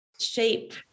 shape